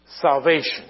salvation